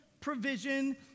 provision